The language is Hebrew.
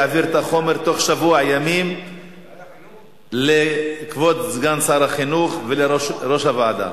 יעביר את החומר בתוך שבוע ימים לכבוד סגן שר החינוך ולראש הוועדה.